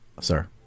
sir